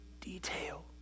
detail